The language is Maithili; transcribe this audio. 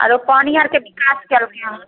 आरो पानि आरके विकास केलकै हँ